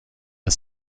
the